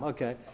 Okay